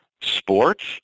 sports